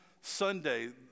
Sunday